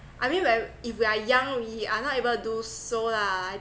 I mean where if we are young we are not able to do so lah